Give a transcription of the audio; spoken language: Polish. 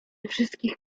wszystkich